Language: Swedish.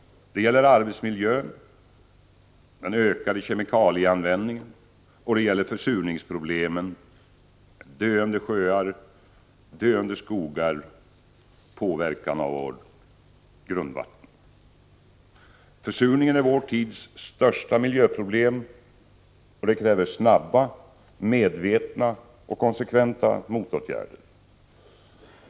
Det gäller arbetsmiljön, den ökade kemikalieanvändningen och försurningsproblemen med döende sjöar, döende skogar och påverkan på vårt grundvatten. Försurningen är vår tids största miljöproblem och kräver snabba, medvetna och konsekventa motåtgärder.